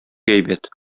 әйбәт